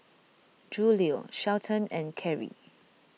Julio Shelton and Carey